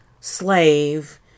slave